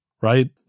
Right